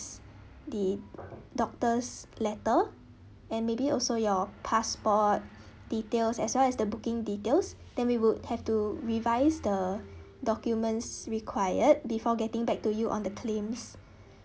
the doctor's letter and maybe also your passport details as well as the booking details then we would have to revise the documents required before getting back to you on the claims